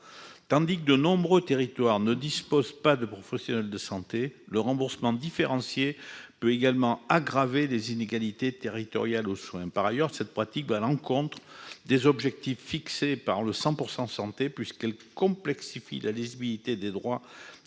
mesure où de nombreux territoires ne disposent pas de professionnels de santé affiliés à ces réseaux, le remboursement différencié peut également aggraver les inégalités territoriales d'accès aux soins. Par ailleurs, cette pratique va à l'encontre des objectifs fixés par le « 100 % santé », puisqu'elle complexifie la lisibilité des droits